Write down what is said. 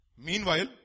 Meanwhile